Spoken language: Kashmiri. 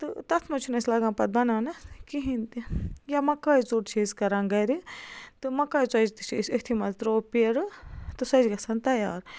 تہٕ تَتھ منٛز چھُنہٕ اَسہِ لَگان پَتہٕ بَناونَس کِہیٖنۍ تہِ یا مَکٲے ژۄٹ چھِ أسۍ کَران گَرِ تہٕ مَکاے ژۄچہِ تہِ چھِ أسۍ أتھی منٛز ترٛوو پیرٕ تہٕ سۄ چھِ گژھان تیار